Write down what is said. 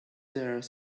there